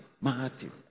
Matthew